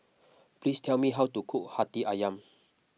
please tell me how to cook Hati Ayam